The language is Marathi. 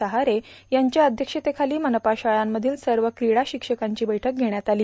सहारे यांच्या अध्यक्षतेखाली मनपा शाळंमधील सर्व क्रीडा शिक्षकांची बैठक घेण्यात आली